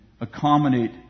accommodate